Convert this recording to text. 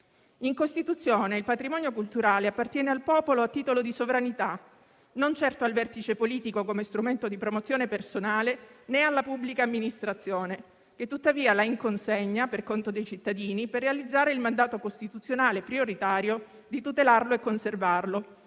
In Costituzione il patrimonio culturale appartiene al popolo a titolo di sovranità, non certo al vertice politico come strumento di promozione personale, né alla pubblica amministrazione, che tuttavia l'ha in consegna per conto dei cittadini per realizzare il mandato costituzionale prioritario di tutelarlo e conservarlo;